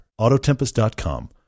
AutoTempest.com